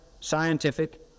scientific